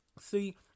See